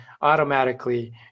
automatically